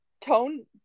tone